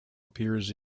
appears